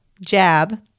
jab